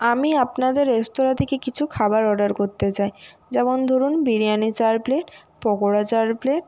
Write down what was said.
আমি আপনাদের রেস্তোরাঁ থেকে কিছু খাবার অর্ডার করতে চাই যেমন ধরুন বিরিয়ানি চার প্লেট পকোড়া চার প্লেট